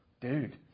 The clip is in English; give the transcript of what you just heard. Dude